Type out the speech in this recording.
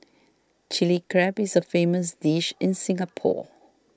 Chilli Crab is a famous dish in Singapore